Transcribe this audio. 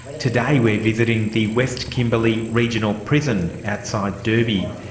today we're visiting the west kimberley regional prison outside derby.